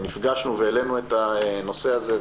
שנפגשנו והעלינו את הנושא הזה,